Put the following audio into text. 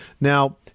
Now